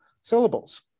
syllables